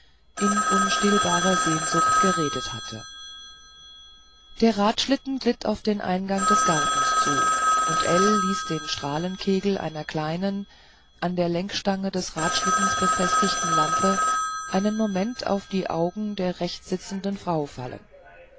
in unstillbarer sehnsucht geredet hatte der radschlitten glitt auf den eingang des gartens zu und ell ließ den strahlenkegel einer kleinen an der lenkstange des radschlittens befestigten lampe einen moment auf die augen der rechts sitzenden frau fallen